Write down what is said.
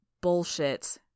Bullshit